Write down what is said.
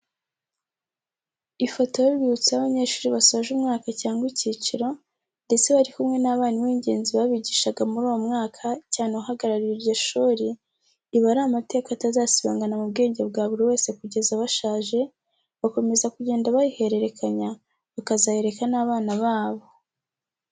Ifoto y'urwibutso y'abanyeshuri basoje umwaka cyangwa icyiciro ndetse bari kumwe n'abarimu b'ingenzi babigishaga muri uwo mwaka cyane uhagarariye iryo shuri, iba ari amateka atazasibangana mu bwenge bwa buri wese kugeza bashaje, bakomeza kugenda bayihererekanya, bakazayereka n'abana babo.